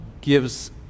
gives